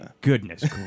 Goodness